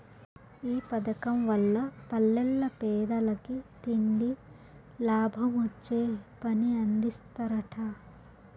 ఈ పదకం వల్ల పల్లెల్ల పేదలకి తిండి, లాభమొచ్చే పని అందిస్తరట